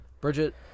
Bridget